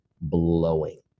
blowing